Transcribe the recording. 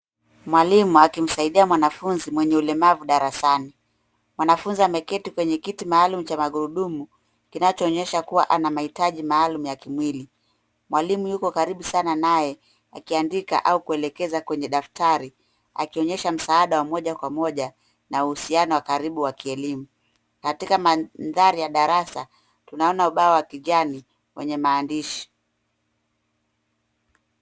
Mwalimu akimsaidia mwanafunzi mwenye ulemavu darasani. Mwanafunzi ameketi kwenye kiti maalum cha magurudumu kinachoonyesha kuwa ana mahitaji maalum ya kimwili. Mwalimu yuko karibu sana naye akiandika au kuelekeza kwenye daftari akionyesha msaada wa moja kwa moja na uhusiano wa karibu wa kielimu. Katika mandhari ya darasi tunaona ubao wa kijani wenye maandishi.